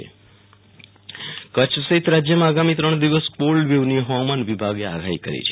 વિરલ રાણા હવામાન કચ્છ સહિત રાજયમાં આગામી ત્રણ દિવસ કોલ્ડવેવની હવામાન વિભાગ આગાહી કરી છે